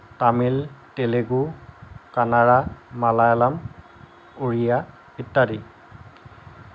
তামিল তেলেগু কানাড়া মালায়ালম উৰিয়া ইত্যাদি